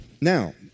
Now